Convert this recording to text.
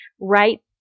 right